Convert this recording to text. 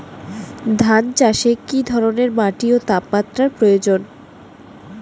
ধান চাষে কী ধরনের মাটি ও তাপমাত্রার প্রয়োজন?